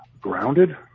grounded